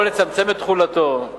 או לצמצם את תחולתו.